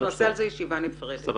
אנחנו נערוך ישיבה נפרדת בנושא.